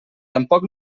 tampoc